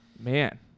Man